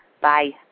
Bye